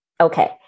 okay